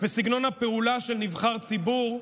וסגנון הפעולה של נבחר ציבור,